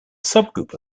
subgroup